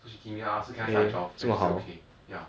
so she give me I ask her can I start at twelve then she say okay ya